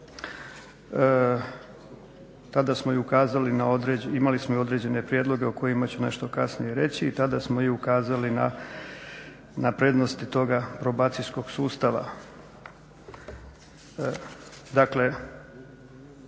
tada smo i ukazali na prednosti toga probacijskog sustava. Dakle